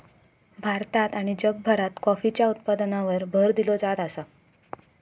भारतात आणि जगभरात कॉफीच्या उत्पादनावर भर दिलो जात आसा